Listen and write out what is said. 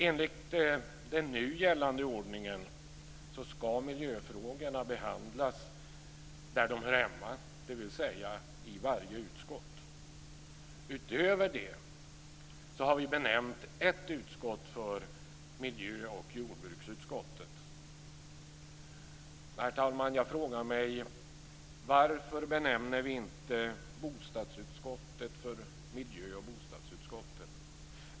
Enligt den nu gällande ordningen skall miljöfrågorna behandlas där de hör hemma, dvs. i varje utskott. Utöver det har vi benämnt ett utskott miljö och jordbruksutskottet. Herr talman, jag frågar mig: Varför benämner vi inte bostadsutskottet miljö och bostadsutskottet?